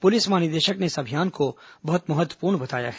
police महानिदेशक ने इस अभियान को बहुत महत्वपूर्ण बताया है